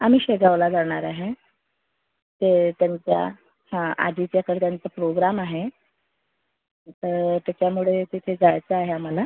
आम्ही शेगावला जाणार आहे ते त्यांच्या हं आजीच्या करद्यांचं प्रोग्राम आहे तर त्याच्यामुळे तिथे जायचं आहे आम्हाला